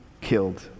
killed